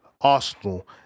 Arsenal